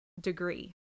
degree